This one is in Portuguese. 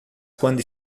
quando